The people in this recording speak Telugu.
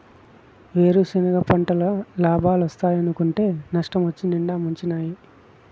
వేరుసెనగ పంటల్ల లాబాలోస్తాయనుకుంటే నష్టమొచ్చి నిండా ముంచినాయి